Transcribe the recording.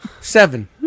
Seven